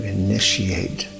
initiate